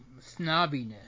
snobbiness